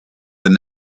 than